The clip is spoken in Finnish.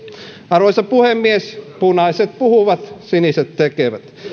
arvoisa puhemies punaiset puhuvat siniset tekevät